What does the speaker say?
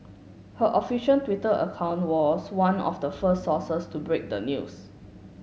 her official Twitter account was one of the first sources to break the news